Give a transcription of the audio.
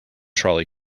trolley